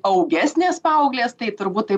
augesnės paauglės tai turbūt tai